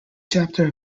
chapter